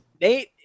Nate